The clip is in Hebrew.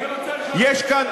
אני רוצה לשאול אותך שאלה יש כאן,